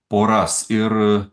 poras ir